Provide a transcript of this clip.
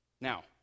Now